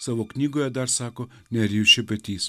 savo knygoje dar sako nerijus šepetys